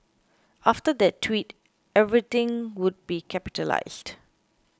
after that tweet everything would be capitalised